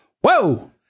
Whoa